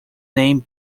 name